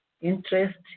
interest